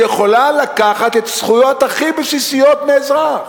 שיכולה לקחת את הזכויות הכי בסיסיות מאזרח,